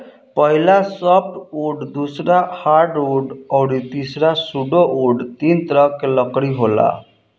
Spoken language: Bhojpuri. पहिला सॉफ्टवुड दूसरा हार्डवुड अउरी तीसरा सुडोवूड तीन तरह के लकड़ी होला